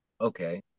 Okay